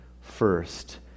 first